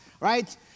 right